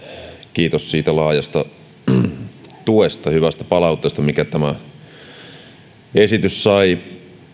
kiitos siitä laajasta tuesta ja hyvästä palautteesta minkä tämä esitys sai